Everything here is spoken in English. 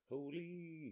Holy